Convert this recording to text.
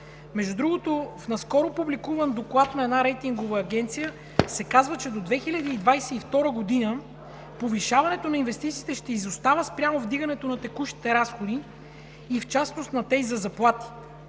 Между другото, в наскоро публикуван доклад на една рейтингова агенция се казва, че до 2022 г. повишаването на инвестициите ще изостава спрямо вдигането на текущите разходи, в частност на тези за заплати.